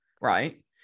right